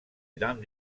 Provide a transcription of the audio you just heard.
dame